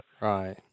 right